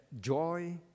joy